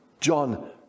John